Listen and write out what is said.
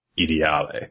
Ideale